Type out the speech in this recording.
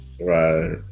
right